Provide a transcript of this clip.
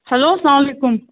hello سلام علیکُم